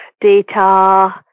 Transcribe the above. data